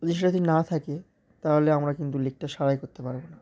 যদি সেটা যদি না থাকে তাহলে আমরা কিন্তু লিকটা সারাই করতে পারব না